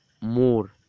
more